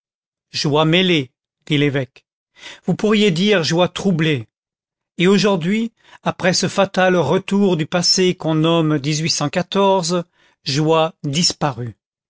joie joie mêlée dit l'évêque vous pourriez dire joie troublée et aujourd'hui après ce fatal retour du passé qu'on nomme joie disparue